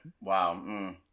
Wow